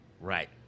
Right